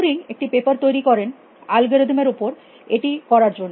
Turing একটি paper তৈরী করেন অ্যালগরিদম এর উপর এটি করার জন্য